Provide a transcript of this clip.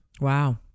Wow